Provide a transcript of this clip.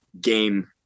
game